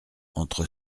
entre